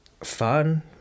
fun